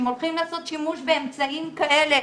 אם הולכים לעשות שימוש באמצעות תוכנות כאלה,